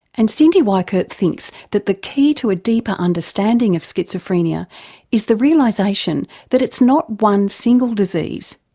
and cyndi weickert thinks that the key to a deeper understanding of schizophrenia is the realisation that it's not one single disease.